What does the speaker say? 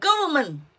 government